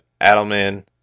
Adelman